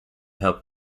help